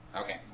Okay